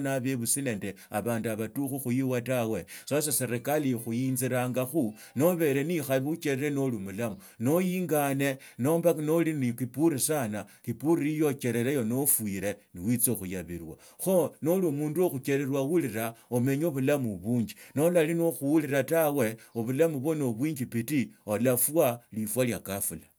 na babusi na abandu batukhu khuiwe tawe. sasa serikali ekhuinzilangakhu nobare na ikhabi ocherere noli omulamu noingana nomba noli ne kiburi sasa kiburi hiyo icherereno noofwire nuesitsa khuyabiswa kho noli omundu wo khucharerwa ulita omenye obslamu bunji norali niwakhurila tawe obubmu bwo no bwimbichiti olafwa lifwa lia ghafula.